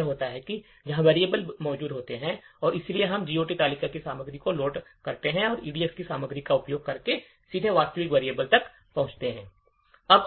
होते हैं जहां variable मौजूद होते हैं और इसलिए हम GOT तालिका की सामग्री को लोड करते हैं और EDX की सामग्री का उपयोग करके सीधे वास्तविक variable तक पहुंचते हैं